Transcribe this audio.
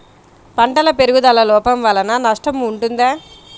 పంటల పెరుగుదల లోపం వలన నష్టము ఉంటుందా?